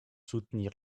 soutenir